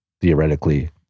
theoretically